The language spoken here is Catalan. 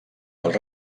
dels